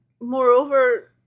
Moreover